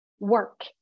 work